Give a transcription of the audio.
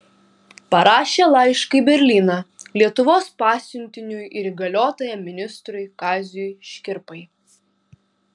parašė laišką į berlyną lietuvos pasiuntiniui ir įgaliotajam ministrui kaziui škirpai